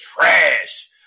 trash